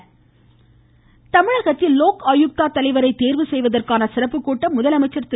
லோக் ஆயுக்தா தமிழகத்தில் லோக் ஆயுக்தா தலைவரை தேர்வு செய்வதற்கான சிறப்பு கூட்டம் முதலமைச்சர் திரு